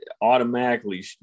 automatically